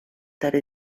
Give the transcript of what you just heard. tale